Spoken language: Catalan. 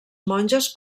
monges